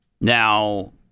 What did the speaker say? Now